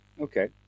okay